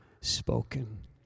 spoken